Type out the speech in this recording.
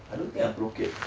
I don't think I broke it